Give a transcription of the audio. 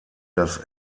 das